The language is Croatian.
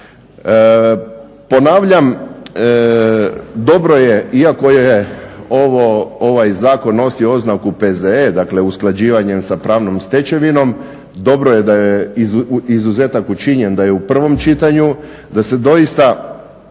Ponavljam, dobro je iako ovaj zakon nosi oznaku PZE, dakle usklađivanje sa pravnom stečevinom, dobro je da je izuzetak učinjen da je u prvom čitanju, da se doista